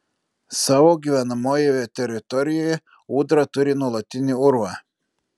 savo gyvenamojoje teritorijoje ūdra turi nuolatinį urvą